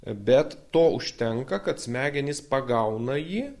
bet to užtenka kad smegenys pagauna jį